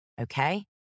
okay